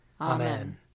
Amen